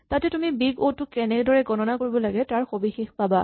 তাতে তুমি big O টো কেনেদৰে গণনা কৰিব লাগে তাৰ সবিশেষ পাবা